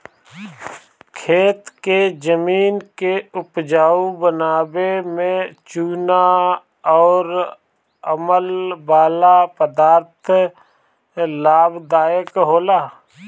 खेत के जमीन के उपजाऊ बनावे में चूना अउर अमल वाला पदार्थ लाभदायक होला